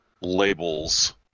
labels